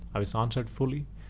i was answered fully,